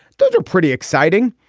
those are pretty exciting.